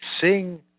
Sing